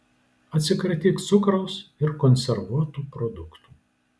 atsikratyk cukraus ir konservuotų produktų